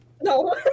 No